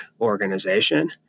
organization